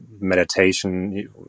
meditation